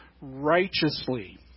righteously